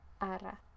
ara